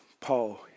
Paul